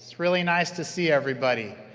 really nice to see everybody!